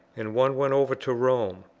and one went over to rome,